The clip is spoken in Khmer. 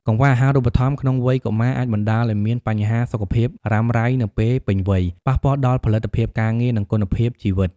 កង្វះអាហារូបត្ថម្ភក្នុងវ័យកុមារអាចបណ្តាលឱ្យមានបញ្ហាសុខភាពរ៉ាំរ៉ៃនៅពេលពេញវ័យ ប៉ះពាល់ដល់ផលិតភាពការងារ និងគុណភាពជីវិត។